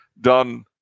done